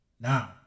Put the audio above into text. Now